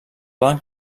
poden